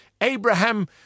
Abraham